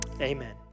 Amen